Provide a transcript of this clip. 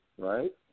Right